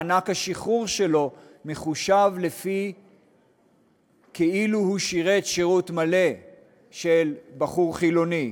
מענק השחרור שלו מחושב כאילו הוא שירת שירות מלא של בחור חילוני.